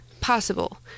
possible